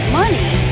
money